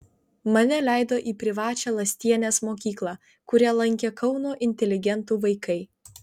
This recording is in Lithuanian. mane leido į privačią lastienės mokyklą kurią lankė kauno inteligentų vaikai